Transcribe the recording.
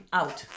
out